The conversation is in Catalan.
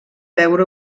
veure